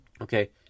Okay